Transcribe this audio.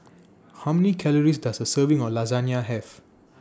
How Many Calories Does A Serving of Lasagne Have